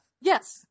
Yes